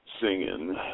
Singing